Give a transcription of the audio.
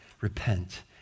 Repent